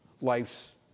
life's